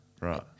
Right